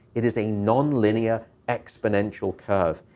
it is a nonlinear exponential curve.